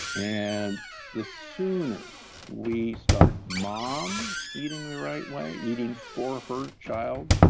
and the sooner we start mom eating the right way, eating for her child,